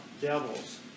devils